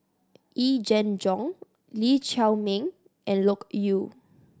Yee Jenn Jong Lee Chiaw Meng and Loke Yew